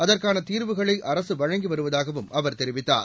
அதற்கான தீர்வுகளை அரசு வழங்கி வருவதாகவும் அவர் தெரிவித்தார்